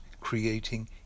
creating